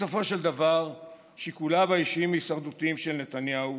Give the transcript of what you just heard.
בסופו של דבר שיקוליו האישיים-הישרדותיים של נתניהו